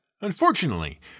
Unfortunately